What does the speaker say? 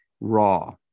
raw